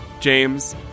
James